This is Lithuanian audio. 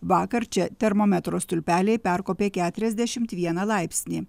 vakar čia termometro stulpeliai perkopė keturiasdešim vieną laipsnį